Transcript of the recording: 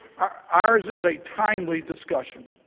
ours is a timely discussion.